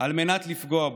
על מנת לפגוע בו.